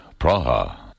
Praha